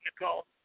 Nicole